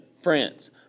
France